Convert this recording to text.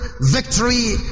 victory